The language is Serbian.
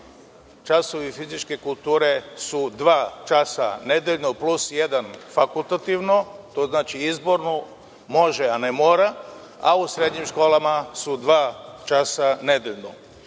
časovi fizičke kulture su dva časa nedeljno, plus jedan fakultativno, to znači izborno, može a ne mora, a u srednjim školama su dva časa nedeljno.